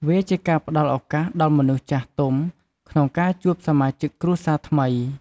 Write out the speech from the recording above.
វាជាការផ្តល់ឧកាសដល់មនុស្សចាស់ទុំក្នុងការជួបសមាជិកគ្រួសារថ្មី។